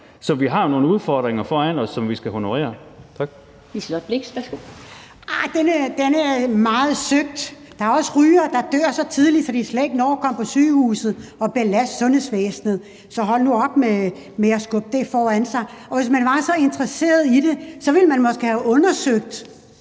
værsgo. Kl. 17:11 Liselott Blixt (DF): Arh, det er meget søgt. Der er også rygere, der dør så tidligt, at de slet ikke når at komme på sygehuset og belaste sundhedsvæsenet. Så hold nu op med at skubbe det foran jer. Hvis man var så interesseret i det, ville man måske have undersøgt,